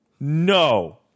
no